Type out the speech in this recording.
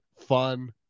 fun